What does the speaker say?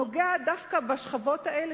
נוגע דווקא בשכבות האלה,